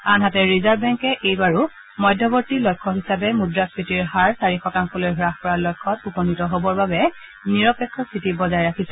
আনহাতে ৰিজাৰ্ভ বেংকে এইবাৰো মধ্যৱতি লক্ষ্য হিচাপে মুদ্ৰাক্ষীতিৰ হাৰ চাৰি শতাংশলৈ হাস কৰাৰ লক্ষ্যত উপনীত হ'বৰ বাবে নিৰপেক্ষ স্থিতি বজাই ৰাখিছে